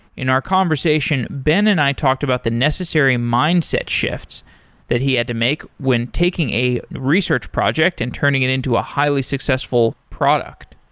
in our conversation, ben and i talked about the necessary mindset shifts that he had to make when taking a research project and turning it into a highly successful product.